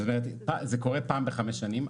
זאת אומרת, זה קורה פעם בחמש שנים.